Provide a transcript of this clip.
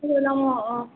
লৈ ল'ম অঁ অঁ